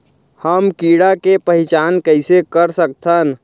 हम कीड़ा के पहिचान कईसे कर सकथन